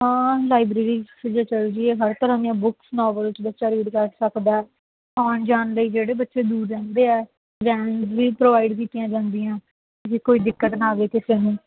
ਹਾਂ ਲਾਈਬ੍ਰੇਰੀ ਵਧੀਆ ਚੱਲ ਰਹੀ ਹੈ ਹਰ ਤਰ੍ਹਾਂ ਦੀਆਂ ਬੁੱਕਸ ਨੋਵਲਸ ਬੱਚਾ ਰੀਡ ਕਰ ਸਕਦਾ ਆਉਣ ਜਾਣ ਲਈ ਜਿਹੜੇ ਬੱਚੇ ਦੂਰ ਰਹਿੰਦੇ ਆ ਵੈਨਸ ਵੀ ਪ੍ਰੋਵਾਈਡ ਕੀਤੀਆਂ ਜਾਂਦੀਆਂ ਵੀ ਕੋਈ ਦਿੱਕਤ ਨਾ ਆਵੇ ਕਿਸੇ ਨੂੰ